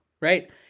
right